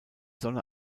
sonne